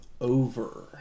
over